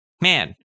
Man